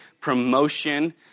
promotion